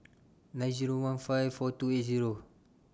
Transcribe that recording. nine Zero one five four two eight Zero